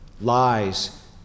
lies